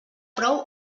prou